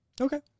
Okay